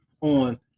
on